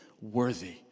worthy